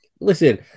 listen –